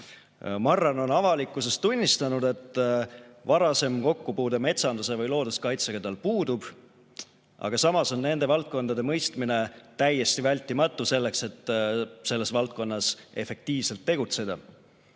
Marran on avalikkuses tunnistanud, et varasem kokkupuude metsanduse või looduskaitsega tal puudub. Aga samas on nende valdkondade mõistmine täiesti vältimatu selleks, et selles valdkonnas efektiivselt tegutseda,